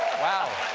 wow.